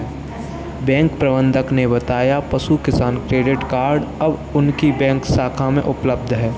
bank प्रबंधक ने बताया पशु किसान क्रेडिट कार्ड अब उनकी बैंक शाखा में उपलब्ध है